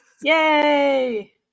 yay